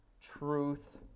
truth